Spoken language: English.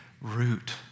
root